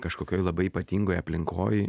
kažkokioj labai ypatingoj aplinkoj